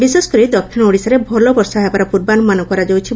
ବିଶେଷକରି ଦକ୍ଷିଣ ଓଡ଼ିଶାରେ ଭଲ ବର୍ଷା ହେବାର ପୂର୍ବାନୁମାନ କରାଯାଉଛି